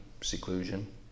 seclusion